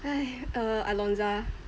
err Alonza